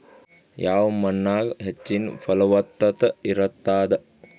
ಯಾವ ಮಣ್ಣಾಗ ಹೆಚ್ಚಿನ ಫಲವತ್ತತ ಇರತ್ತಾದ?